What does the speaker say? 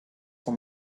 for